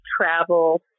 travel